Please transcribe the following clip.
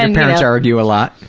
and parents argue a lot.